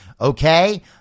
Okay